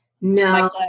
No